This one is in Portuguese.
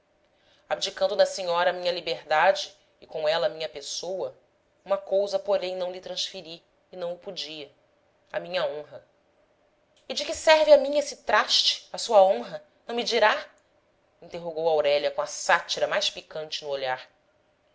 abdicando na senhora a minha liberdade e com ela a minha pessoa uma cousa porém não lhe transferi e não o podia a minha honra e de que serve a mim esse traste a sua honra não me dirá interrogou aurélia com a sátira mais picante no olhar